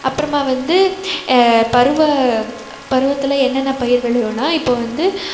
அப்புறமா வந்து பருவ பருவத்தில் என்னென்ன பயிர் விளையும்னா இப்போ வந்து